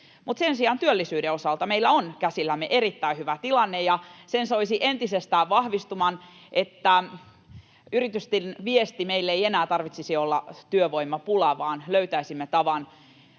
Mutta sen sijaan työllisyyden osalta meillä on käsillämme erittäin hyvä tilanne, ja sen soisi entisestään vahvistuvan niin, että yritysten viestin meille ei enää tarvitsisi olla työvoimapula, vaan löytäisimme tavan